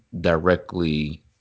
directly